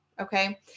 okay